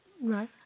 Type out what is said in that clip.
Right